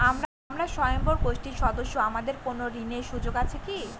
আমরা স্বয়ম্ভর গোষ্ঠীর সদস্য আমাদের কোন ঋণের সুযোগ আছে কি?